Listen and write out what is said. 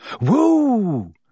Woo